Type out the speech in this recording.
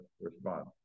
response